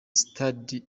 study